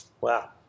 Wow